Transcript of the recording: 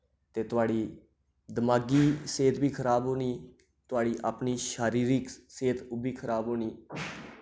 ते थुआढ़ी दमागी सेहत बी खराब होनी थुआढ़ी अपनी शारीरिक सेहत ओह् बी खराब होनी